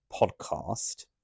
podcast